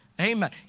Amen